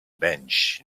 bench